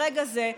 ברגע זה,